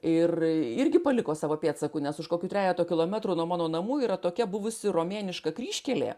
ir irgi paliko savo pėdsakų nes už kokių trejeto kilometrų nuo mano namų yra tokia buvusi romėniška kryžkelė